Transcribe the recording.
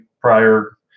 prior